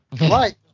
right